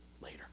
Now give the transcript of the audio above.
later